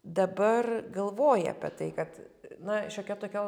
dabar galvoji apie tai kad na šiokia tokia